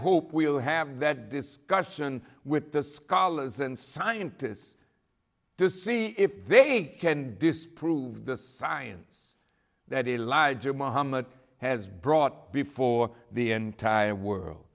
hope we'll have that discussion with the scholars and scientists to see if they can disprove the science that he lied to mohammed has brought before the entire world